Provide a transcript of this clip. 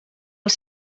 els